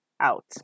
out